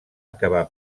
acabar